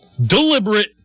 Deliberate